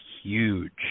huge